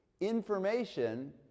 information